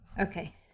Okay